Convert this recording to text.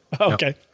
Okay